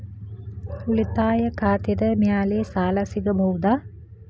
ಉಳಿತಾಯ ಖಾತೆದ ಮ್ಯಾಲೆ ಸಾಲ ಸಿಗಬಹುದಾ?